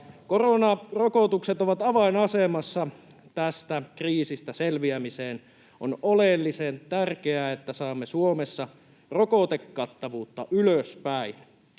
Koronarokotukset ovat avainasemassa tästä kriisistä selviämisessä. On oleellisen tärkeää, että saamme Suomessa rokotekattavuutta ylöspäin.